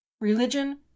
Religion